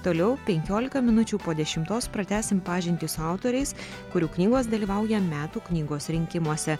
toliau penkiolika minučių po dešimtos pratęsim pažintį su autoriais kurių knygos dalyvauja metų knygos rinkimuose